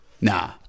Nah